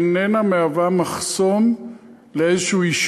היא איננה מהווה מחסום ליישוב כלשהו.